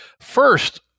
First